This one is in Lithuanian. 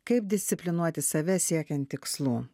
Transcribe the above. kaip disciplinuoti save siekiant tikslų